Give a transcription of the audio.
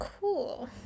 cool